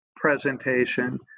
presentation